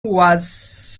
was